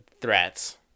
threats